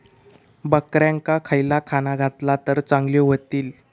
बकऱ्यांका खयला खाणा घातला तर चांगल्यो व्हतील?